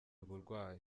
uburwayi